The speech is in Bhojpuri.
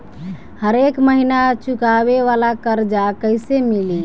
हरेक महिना चुकावे वाला कर्जा कैसे मिली?